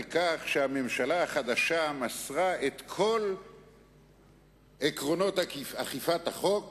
כך שהממשלה החדשה מסרה את כל עקרונות אכיפת החוק